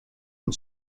and